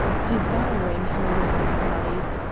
devouring her with his eyes.